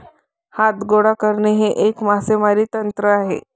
हात गोळा करणे हे एक मासेमारी तंत्र आहे